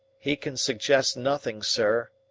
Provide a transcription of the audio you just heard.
he can suggest nothing, sir,